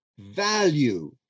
value